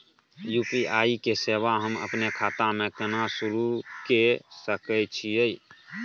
UPI के सेवा हम अपने खाता म केना सुरू के सके छियै?